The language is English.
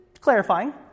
clarifying